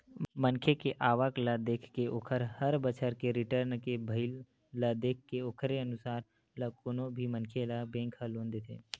मनखे के आवक ल देखके ओखर हर बछर के रिर्टन के भरई ल देखके ओखरे अनुसार ले कोनो भी मनखे ल बेंक ह लोन देथे